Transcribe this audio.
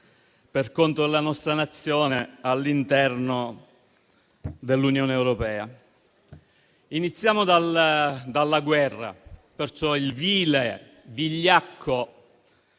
per conto della nostra Nazione, all'interno dell'Unione europea. Iniziamo dalla guerra: dal vile, vigliacco